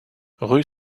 rue